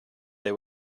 they